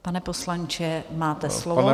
Pane poslanče, máte slovo.